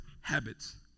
habits